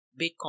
Bitcoin